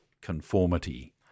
conformity